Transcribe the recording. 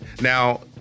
Now